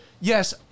yes